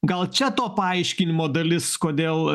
gal čia to paaiškinimo dalis kodėl